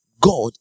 God